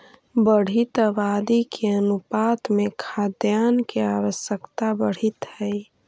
बढ़ीत आबादी के अनुपात में खाद्यान्न के आवश्यकता बढ़ीत हई